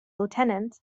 lieutenant